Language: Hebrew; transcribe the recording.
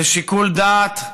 לשיקול דעת,